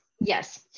Yes